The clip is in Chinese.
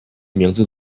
名字